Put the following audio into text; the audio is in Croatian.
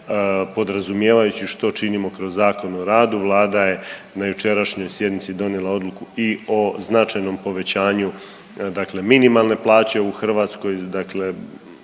Podrazumijevajući što činimo kroz Zakon o radu vlada je na jučerašnjoj sjednici donijela odluku i o značajnom povećanju dakle minimalne plaće u Hrvatskoj, dakle